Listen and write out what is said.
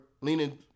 leaning